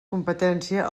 competència